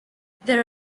there